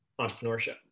entrepreneurship